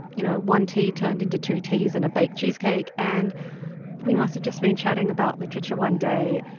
you know, one tea turned into two teas and a baked cheesecake. and we must have just been chatting about literature one day,